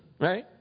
right